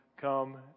come